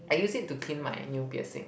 I use it to clean my new piercing